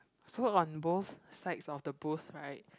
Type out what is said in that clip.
so on both sides of the booth right